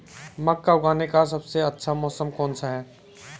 मक्का उगाने का सबसे अच्छा मौसम कौनसा है?